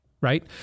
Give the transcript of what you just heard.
right